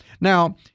Now